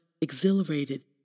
exhilarated